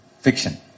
Fiction